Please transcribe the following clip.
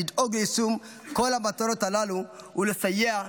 לדאוג ליישום כל המטרות הללו ולסייע,